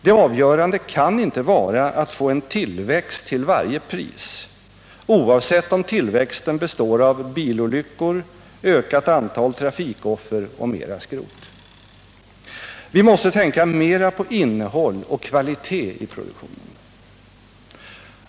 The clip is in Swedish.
Det avgörande kan inte vara att få en tillväxt till varje pris, oavsett om tillväxten består av bilolyckor, ökat antal trafikoffer och mera skrot. Vi måste tänka mer på innehåll och kvalitet i produktionen.